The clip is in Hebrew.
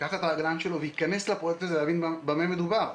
ייקח את הרגליים שלו וייכנס לפרויקט הזה להבין במה מדובר.